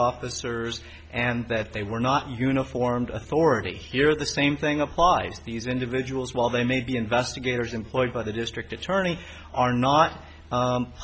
officers and that they were not uniformed authority here the same thing applies to these individuals while they may be investigators employed by the district attorney are not